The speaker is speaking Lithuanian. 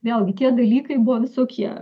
vėlgi tie dalykai buvo visokie